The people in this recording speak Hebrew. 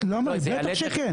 בטח שכן.